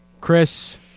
chris